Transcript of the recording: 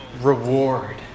reward